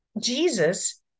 Jesus